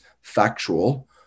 factual